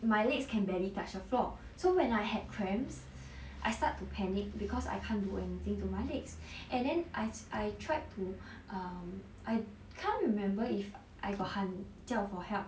my legs can barely touched the floor so when I had cramps I start to panic because I can't do anything to my legs and then I I tried to um I can't remember if I got 喊叫 for help